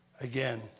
Again